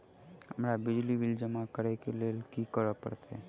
हमरा बिजली बिल जमा करऽ केँ लेल की करऽ पड़त?